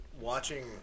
watching